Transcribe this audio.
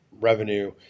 revenue